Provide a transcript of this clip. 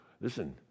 Listen